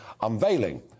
unveiling